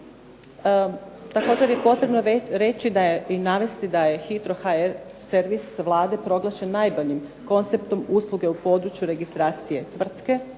Također je potrebno reći i navesti da je HITRO.HR servis Vlade proglašen najboljim konceptom usluge u područje registracije tvrtke,